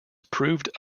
proved